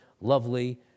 lovely